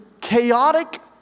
chaotic